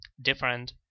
different